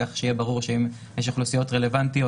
כך שיהיה ברור שאם יש אוכלוסיות רלוונטיות